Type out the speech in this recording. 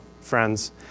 friends